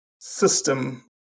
system